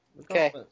Okay